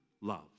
love